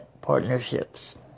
partnerships